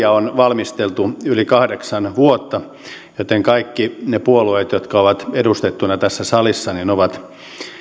on valmisteltu yli kahdeksan vuotta joten kaikki ne puolueet jotka ovat edustettuina tässä salissa ovat